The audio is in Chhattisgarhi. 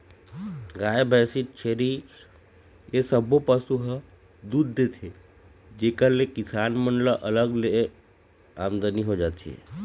गाय, भइसी, छेरी ए सब्बो पशु ह दूद देथे जेखर ले किसान मन ल अलग ले आमदनी हो जाथे